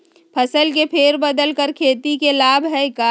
फसल के फेर बदल कर खेती के लाभ है का?